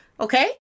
okay